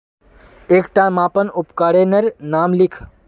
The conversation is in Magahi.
एकटा मापन उपकरनेर नाम लिख?